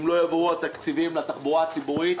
אם לא יעברו התקציבים לתחבורה הציבורית,